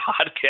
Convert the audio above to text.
podcast